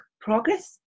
progress